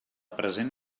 present